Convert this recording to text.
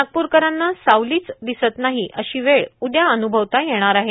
नागपूरकरांना सावलीच दिसत नाही अशी वेळ उद्या अभूभवता येणार आहे